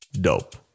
dope